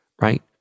right